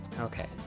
Okay